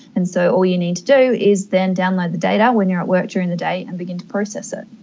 and so all you need to do is then download the data when you are at work during the day and begin to process it.